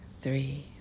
three